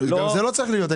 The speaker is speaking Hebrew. גם זה לא צריך להיות.